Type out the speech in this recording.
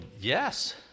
yes